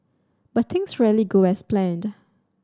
but things rarely go as planned